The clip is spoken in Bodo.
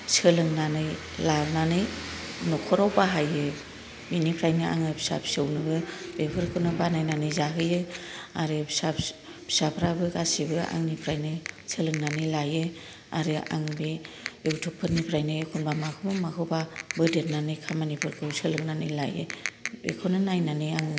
सोलोंनानै लानानै नखराव बाहाय होयो बिनिफ्रायनो आङो फिसा फिसौनोबो बेफोरखौनो बानायनानै जाहोयो आरो फिसाफ्राबो गासिबो आंनिफ्रायनो सोलोंनानै लायो आरो आं बे युटुबफोरनिफ्रायनो एखनबा माखौबा माखौबा बोदेरनानै खामानिफोरखौ सोलोंनानै लायो बेखौनो नायनानै आङो